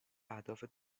اهداف